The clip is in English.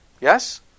Yes